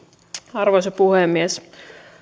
arvoisa puhemies